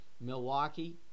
Milwaukee